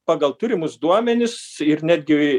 pagal turimus duomenis ir netgi